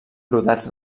brodats